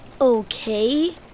Okay